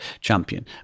champion